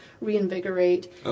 reinvigorate